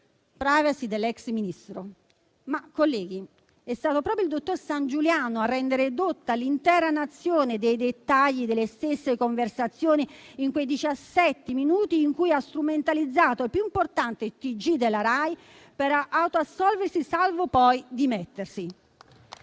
*privacy* dell'ex Ministro). Colleghi, è stato però proprio il dottor Sangiuliano a rendere edotta l'intera Nazione dei dettagli delle stesse conversazioni in quei diciassette minuti in cui ha strumentalizzato il più importante TG della RAI per autoassolversi, salvo poi dimettersi.